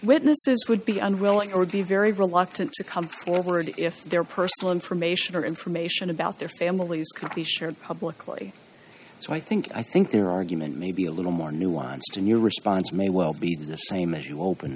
witnesses would be unwilling or be very reluctant to come forward if their personal information or information about their families could be shared publicly so i think i think their argument may be a little more nuanced and your response may well be the same as you open